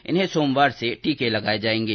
इन्हें सोमवार से टीके लगाये जायेंगे